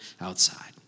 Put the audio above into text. outside